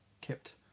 kept